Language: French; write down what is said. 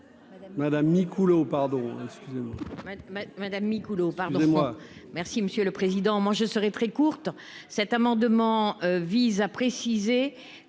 madame Micouleau, pardon, excusez-moi.